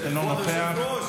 אתה יודע מה הקטע?